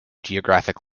geographic